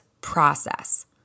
Process